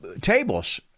tables